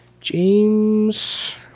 James